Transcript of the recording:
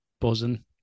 buzzing